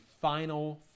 final